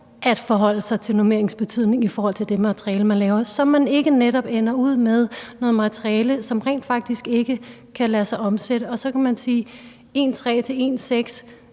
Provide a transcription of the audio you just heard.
at forholde sig til normeringers betydning i forhold til det materiale, man laver, så man netop ikke ender ud med noget materiale, som rent faktisk ikke kan lade sig omsætte. Så kan man sige, at én